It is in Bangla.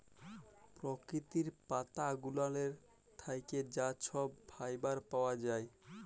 পরকিতির পাতা গুলালের থ্যাইকে যা ছব ফাইবার পাউয়া যায়